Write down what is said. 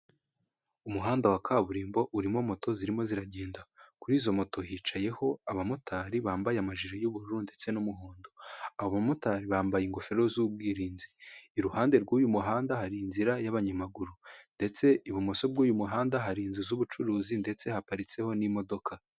Umuhanda wa kaburimbo urimo moto zirimo ziragenda, kurizo moto hicayeho abamotari bambaye amajiri y'ubururu ndetse n'umuhondo. Abo bamotari bambaye ingofero z'ubwirinzi, iruhande rw'uyu muhanda hari inzira y'abanyamaguru ndetse ibumoso bw'uyu muhanda hari inzu z'ubucuruzi ndetse haparitseho n'imodoka.